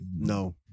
No